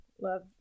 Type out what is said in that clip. love